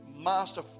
master